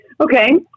Okay